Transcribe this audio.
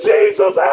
Jesus